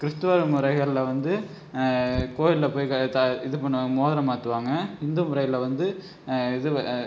கிறிஸ்துவர் முறைகளில் வந்து கோயிலில் போய் த இது பண்ணுவாங்க மோதிரம் மாற்றுவாங்க இந்து முறையில் வந்து இதில்